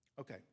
Okay